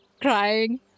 crying